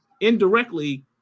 indirectly